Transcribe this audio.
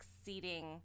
exceeding